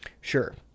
Sure